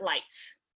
lights